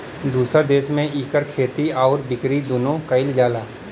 दुसर देस में इकर खेती आउर बिकरी दुन्नो कइल जाला